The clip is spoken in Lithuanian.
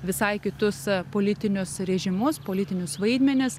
visai kitus politinius režimus politinius vaidmenis